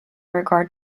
regard